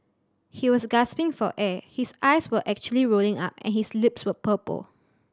he was gasping for air his eyes were actually rolling up and his lips were purple